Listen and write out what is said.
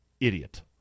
Idiot